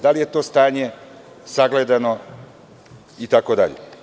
Da li je to stanje sagledano, itd?